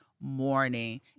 morning